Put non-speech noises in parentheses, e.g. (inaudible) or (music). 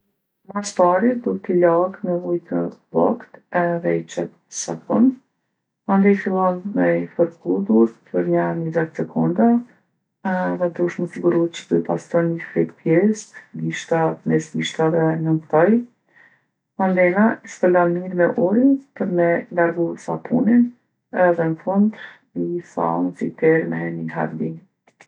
Mas pari duhet ti lagë me ujë të voktë edhe i qet sapun. Mandej fillon me i fërku durt për nja nizet sekonda edhe duhesh mu siguru që po i pastron (unintelligible) pjestë, gishtat, mes gishtave, nën thoj. Mandena i shpërlan mirë me ujë për me largu sapunin ehe n'fund i thanë ose i terrë me ni havli.